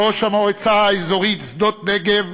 ראש המועצה האזורית שדות-נגב